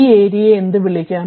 ഈ ഏരിയയെ എന്ത് വിളിക്കാം